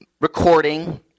recording